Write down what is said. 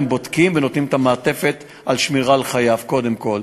הם בודקים ונותנים את המעטפת לשמירה על חייו קודם כול.